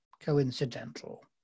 coincidental